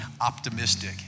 optimistic